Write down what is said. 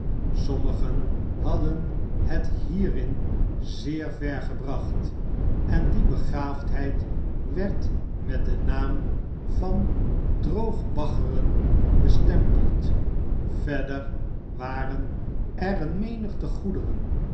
sommigen hadden het hierin zeer ver gebracht en die begaafdheid werd met den naam van droog baggeren bestempeld verder waren er een menigte goederen